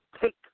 take